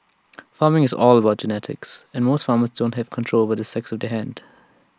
farming is all about genetics and most farmers don't have control over the sex of their hand